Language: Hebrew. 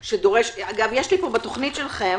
אגב, בתוכנית הלאומית שלכם